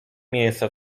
mięsa